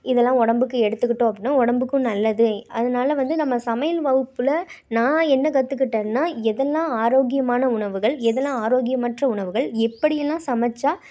இதெல்லாம் உடம்புக்கு எடுத்துக்கிட்டோம் அப்படின்னா உடம்புக்கும் நல்லது அதனால வந்து நம்ம சமையல் வகுப்பில் நான் என்ன கற்றுக்கிட்டன்னா எதெல்லாம் ஆரோக்கியமான உணவுகள் எதெல்லாம் ஆரோக்கியமற்ற உணவுகள் எப்படியெல்லாம் சமைச்சா